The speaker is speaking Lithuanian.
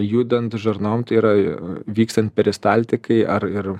judant žarnom tai yra vykstant peristaltikai ar ir